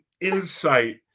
insight